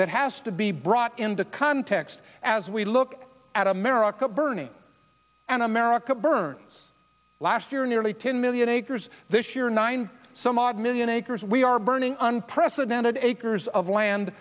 that has to be brought into context as we look at america burning an america burns last year nearly ten million acres this year nine some odd million acres we are burning unprecedented acres of land